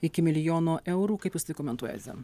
iki milijono eurų kaip jus tai komentuojate